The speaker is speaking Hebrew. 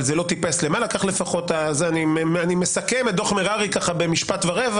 אבל זה לא טיפס למעלה אני מסכם את דוח מררי במשפט ורבע